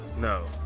no